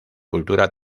cultura